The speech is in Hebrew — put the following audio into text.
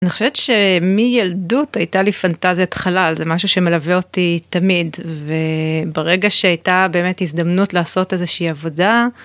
אני חושבת שמילדות הייתה לי פנטזיית חלל זה משהו שמלווה אותי תמיד וברגע שהייתה באמת הזדמנות לעשות איזושהי עבודה.